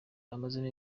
amazemo